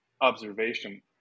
observation